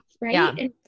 right